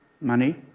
money